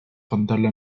contarle